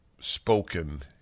spoken